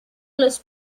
los